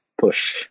push